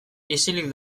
isilik